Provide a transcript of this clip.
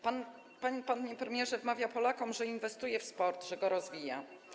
Pan, panie premierze, wmawia Polakom, że inwestuje w sport, że go rozwija.